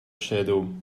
shadow